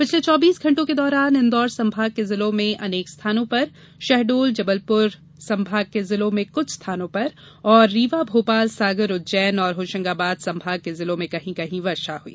पिछले चौबीस घण्टों के दौरान इंदौर संभाग के जिलों में अनेक स्थानों पर शहडोल जबलपुर संभाग के जिलों में कुछ स्थानों पर और रीवा भोपाल सागर उज्जैन और होशंगाबाद संभाग के जिलों में कहीं कहीं वर्षा हुई